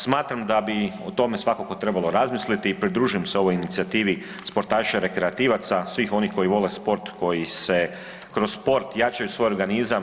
Smatram da bi o tome svakako trebalo razmisliti i pridružujem se ovoj inicijativi sportaša i rekreativaca, svih onih koji vole sport koji kroz sport jačaju svoj organizam.